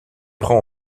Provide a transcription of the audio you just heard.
prend